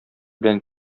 белән